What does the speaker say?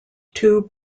two